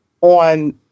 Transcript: on